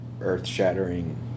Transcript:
earth-shattering